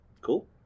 Cool